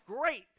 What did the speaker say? great